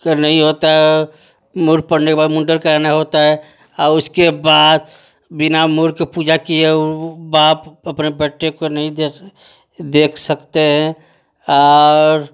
कर नहीं होता है मूर पड़ने के बाद मुंडन कराना होता है और उसके बाद बिना मूर के पूजा किया और वो बाप अपने बेटे को नहीं देश देख सकते हैं और